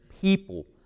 people